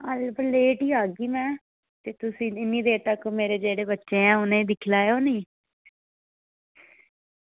ते लेट ई आना में फिर ते जेह्ड़े मेरे बच्चे ना उनें ई दिक्खी लैओ